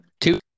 Two